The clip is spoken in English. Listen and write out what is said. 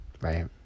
right